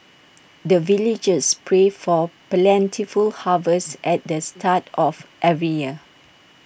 the villagers pray for plentiful harvest at the start of every year